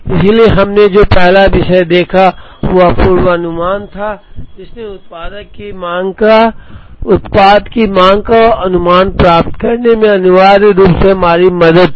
इसलिए हमने जो पहला विषय देखा वह पूर्वानुमान था जिसने उत्पाद की मांग का अनुमान प्राप्त करने में अनिवार्य रूप से हमारी मदद की